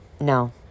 No